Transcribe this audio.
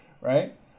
right